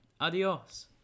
adios